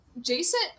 Jason